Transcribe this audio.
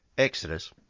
Exodus